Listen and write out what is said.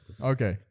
Okay